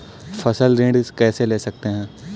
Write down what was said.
फसल ऋण कैसे ले सकते हैं?